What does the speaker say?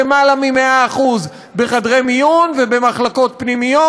למעלה מ-100% בחדרי מיון ובמחלקות פנימיות.